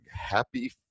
Happy